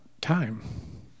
time